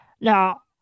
Now